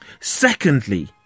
Secondly